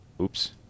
oops